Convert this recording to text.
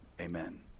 amen